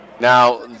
Now